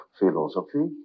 philosophy